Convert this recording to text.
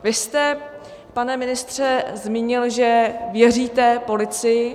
Vy jste, pane ministře, zmínil, že věříte policii.